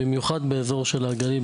במיוחד באזור של הגליל,